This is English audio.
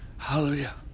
Hallelujah